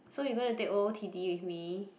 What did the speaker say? so you gonna take over t_d with me